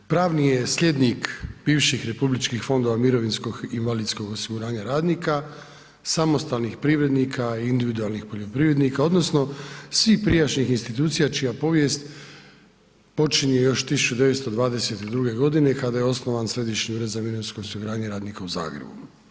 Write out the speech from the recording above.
Pravni je slijednik bivših republičkih fondova mirovinskog i invalidskog osiguranja radnika, samostalnih privrednika i individualnih poljoprivrednika, odnosno svih prijašnjih institucija čija povijest počinje još 1922. godine kada je osnovan Središnji ured za mirovinsko osiguranje radnika u Zagrebu.